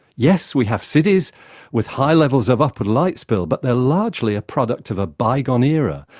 yes, we have cities with high levels of upward light-spill, but they're largely a product of a bygone era,